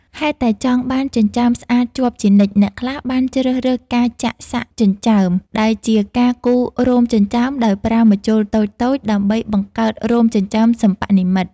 ហេតុតែចង់បានចិញ្ចើមស្អាតជាប់ជានិច្ច អ្នកខ្លះបានជ្រើសរើសការចាក់សាក់ចិញ្ចើម ដែលជាការគូររោមចិញ្ចើមដោយប្រើម្ជុលតូចៗ ដើម្បីបង្កើតរោមចិញ្ចើមសិប្បនិម្មិត។